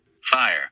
Fire